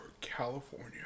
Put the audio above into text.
California